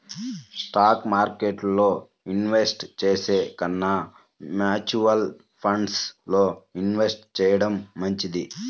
stock మార్కెట్టులో invest చేసే కన్నా మ్యూచువల్ ఫండ్స్ లో ఇన్వెస్ట్ చెయ్యడం మంచిది